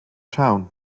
town